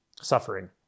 suffering